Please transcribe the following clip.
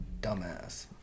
Dumbass